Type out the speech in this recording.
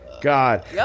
God